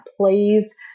please